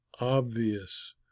obvious